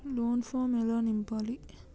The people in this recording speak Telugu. లోన్ ఫామ్ ఎలా నింపాలి?